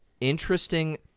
Interesting